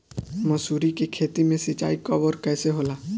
मसुरी के खेती में सिंचाई कब और कैसे होला?